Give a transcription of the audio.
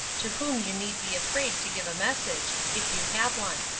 to whom you need be afraid to give a message, if you have one.